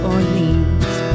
Orleans